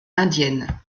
indienne